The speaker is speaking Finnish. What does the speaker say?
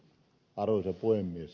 arvoisa puhemies